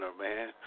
man